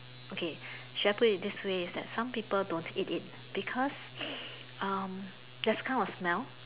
okay shall I put it this way is that some people don't eat it because um there's kind of smell